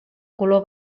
color